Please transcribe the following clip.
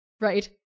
right